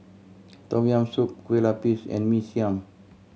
Tom Yam Soup Kueh Lapis and Mee Siam